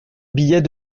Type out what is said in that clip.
billets